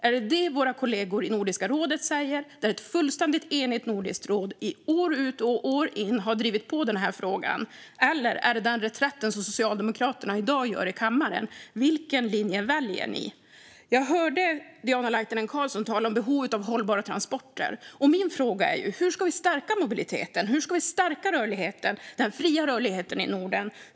Är det vad våra kollegor i Nordiska rådet säger, där ett fullständigt enigt nordiskt råd år ut och år in har drivit frågan, eller är det den reträtt som Socialdemokraterna i dag gör i kammaren? Vilken linje väljer ni? Jag hörde Diana Laitinen Carlsson tala om behovet av hållbara transporter. Jag undrar hur vi ska stärka mobiliteten. Hur ska vi stärka den fria rörligheten i Norden?